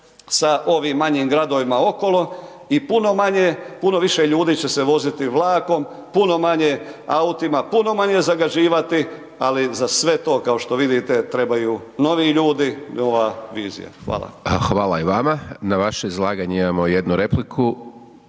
sa ovim manjim gradovima okolo i puno manje, puno više ljudi će se voziti vlakom, puno manje, autima, puno manje zagađivati, ali za sve to kao što vidite trebaju novi ljudi i nova vizija. Hvala. **Hajdaš Dončić, Siniša (SDP)** Hvala i vama. Na vaše izlaganje imamo 1 repliku,